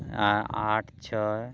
ᱟᱴ ᱪᱷᱚᱭ